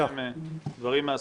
חבר